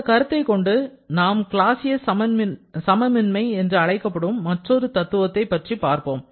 இந்த கருத்தை கொண்டு நாம் கிளாசியஸ் சமமின்மை என்று அழைக்கப்படும் மற்றொரு தத்துவத்தைப் பற்றி பார்ப்போம்